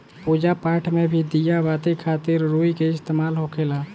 पूजा पाठ मे भी दिया बाती खातिर रुई के इस्तेमाल होखेला